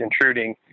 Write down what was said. intruding